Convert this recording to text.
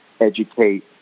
educate